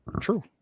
True